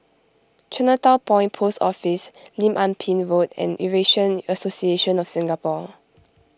Chinatown Point Post Office Lim Ah Pin Road and Eurasian Association of Singapore